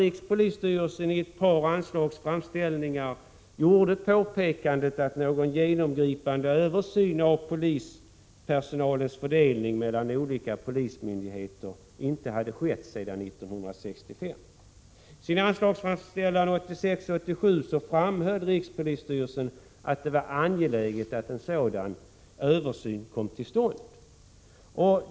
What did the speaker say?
Rikspolisstyrelsen påpekade i ett par anslagsframställningar att någon genomgripande översyn av polispersonalens fördelning mellan olika polismyndigheter inte hade skett sedan 1965. I sin anslagsframställan 1986/1987 framhöll rikspolisstyrelsen att det var angeläget att en sådan översyn kom till stånd.